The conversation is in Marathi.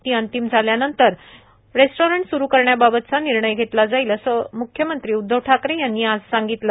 ती अंतिम झाल्यानंतर रेस्टॉरंट स्रु करण्याबाबतचा निर्णय घेतला जाईल असे म्ख्यमंत्री उद्धव ठाकरे यांनी आज सांगितलं